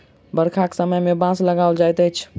बरखाक समय मे बाँस लगाओल जाइत अछि